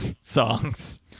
songs